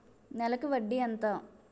నెలకి వడ్డీ ఎంత?